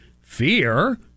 fear